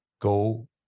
go